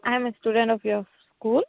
I am a student of your school